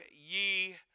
ye